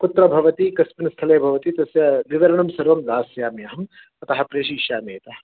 कुत्र भवति कस्मिन् स्थले भवति तस्य विवरणं सर्वं दास्यामि अहम् अतः प्रेषयिष्यामि अतः